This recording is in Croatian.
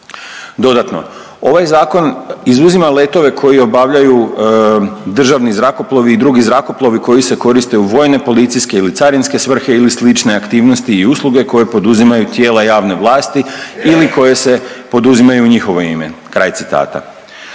Dodatno, ovaj Zakon izuzima letove koji obavljaju državni zrakoplovi i drugi zrakoplovi koji se koriste u vojne, policijske ili carinske svrhe ili slične aktivnosti i usluge koje poduzimaju tijela javne vlasti ili koje se poduzimaju u njihovo ime, kraj citata.